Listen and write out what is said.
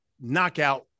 knockout